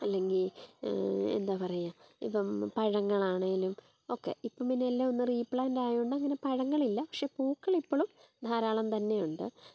അല്ലെങ്കിൽ എന്താ പറയാ ഇപ്പം പഴങ്ങളാണേലും ഒക്കെ ഇപ്പം പിന്നെ എല്ലാം ഒന്ന് റീപ്ലാൻറ്റോയോണ്ട് അങ്ങനെ പഴങ്ങളില്ല പക്ഷേ പൂക്കളിപ്പളും ധാരാളം തന്നെയുണ്ട്